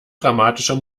dramatischer